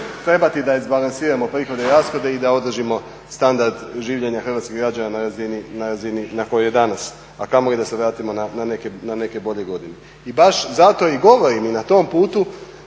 trebati da izbalansiramo prihode i rashode i da održimo standard življenja hrvatskih građana na razini na kojoj je danas a kamoli da se vratimo na neke bolje godine. I baš zato i govorim i na tom putu